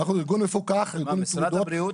אנחנו ארגון מפוקח -- מה במשרד הבריאות